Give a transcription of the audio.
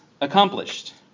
accomplished